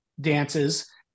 dances